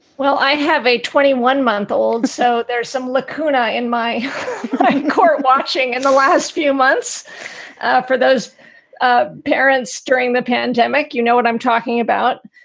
well, i have a twenty one month old, so there's some lacuna in my court watching in the last few months for those ah parents during the pandemic, you know what i'm talking about.